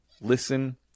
listen